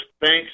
thanks